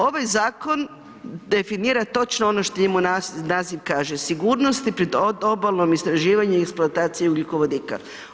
Ovaj Zakon definira točno ono što njemu naziv kaže sigurnosti pri odobalnom istraživanju i eksploataciji ugljikovodika.